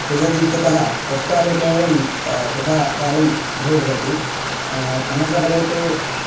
त्यजतीत्यतः तत्काले केवलं ता तथा कार्यं बहु भवति फनसफले तु